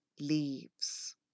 leaves